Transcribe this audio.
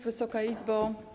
Wysoka Izbo!